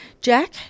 Jack